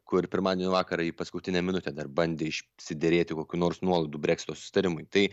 kur pirmadienio vakarą ji paskutinę minutę dar bandė išsiderėti kokių nors nuolaidų breksito susitarimui tai